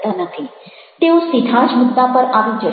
તેઓ સીધા જ મુદ્દા પર આવી જશે